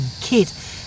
kit